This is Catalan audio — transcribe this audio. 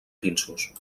pinsos